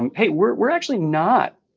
and hey, we're we're actually not